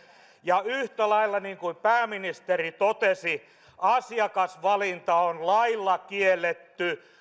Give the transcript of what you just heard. ja yhtä lailla niin kuin pääministeri totesi asiakasvalinta on lailla kielletty